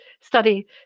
study